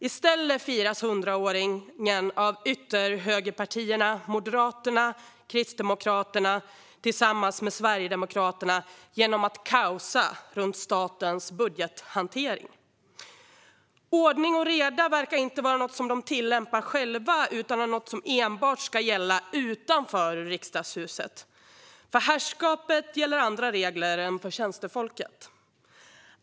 I stället firas dock hundraåringen av ytterhögerpartierna Moderaterna och Kristdemokraterna tillsammans med Sverigedemokraterna genom att skapa kaos i statens budgethantering. Ordning och reda verkar inte vara något som de själva tillämpar, utan det är något som enbart ska gälla utanför Riksdagshuset. För herrskapet gäller andra regler än för tjänstefolket.